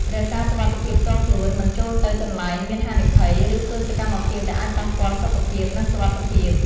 រក្សាសុវត្ថិភាពផ្ទាល់ខ្លួន មិនចូលទៅកន្លែងមានហានិភ័យ ឬធ្វើសកម្មភាពដែលអាចប៉ះពាល់សុខភាព និងសុវត្ថិភាព។